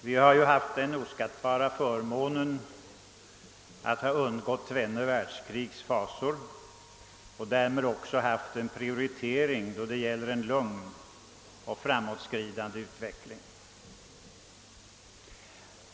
Vi har ju haft den oskattbara förmånen att undgå tvenne världskrigs fasor, och genom detta har vi också prioriterats då det gällt en lugn, framåtskridande utveckling.